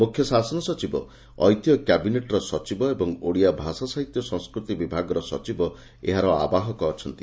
ମୁଖ୍ୟଶାସନ ସଚିବ ଐତିହ୍ୟ କ୍ୟାବିନେଟ୍ର ସଚିବ ଏବଂ ଓଡ଼ିଆ ଭାଷା ସାହିତ୍ୟ ସଂସ୍କୃତି ବିଭାଗର ସଚିବ ଏହାର ଆବାହକ ଅଛନ୍ତି